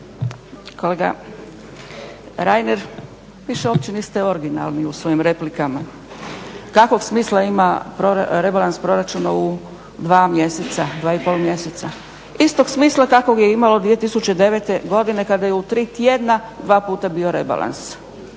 Kolega Reiner više uopće niste originalni u svojim replikama. Kakvog smisla ima rebalans proračuna u 2,5 mjeseca? Istog smisla kakvog je imalo 2009. godine kada je u 3 tjedna dva puta bio rebalans.